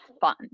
fun